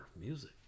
music